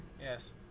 Yes